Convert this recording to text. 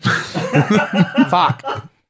Fuck